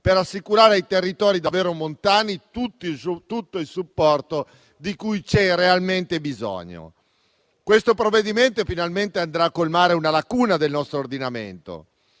per assicurare ai territori davvero montani tutto il supporto di cui c'è realmente bisogno. Questo provvedimento, finalmente, andrà a colmare una lacuna del nostro ordinamento.